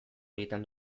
egiten